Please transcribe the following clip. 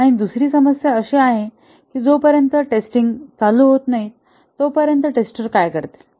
आणि दुसरी समस्या अशी आहे की जोपर्यंत टेस्टिंग चालू होत नाही तोपर्यंत टेस्टर काय करतील